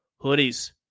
Hoodies